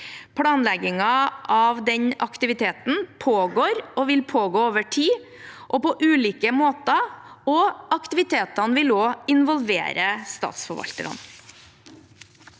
Planleggingen av den aktiviteten pågår og vil pågå over tid på ulike måter, og aktivitetene vil også involvere statsforvalterne.